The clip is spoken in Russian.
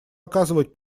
оказывать